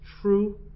true